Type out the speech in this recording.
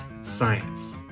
science